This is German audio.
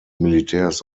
militärs